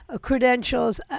credentials